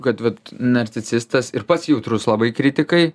kad vat narcisistas ir pats jautrus labai kritikai